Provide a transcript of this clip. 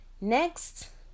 Next